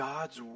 God's